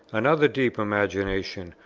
another deep imagination,